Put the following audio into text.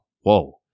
whoa